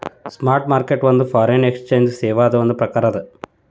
spot market ಒಂದ್ foreign exchange ಸೇವಾದ್ ಒಂದ್ ಪ್ರಕಾರ ಅದ